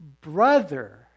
brother